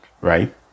right